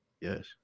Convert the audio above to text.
Yes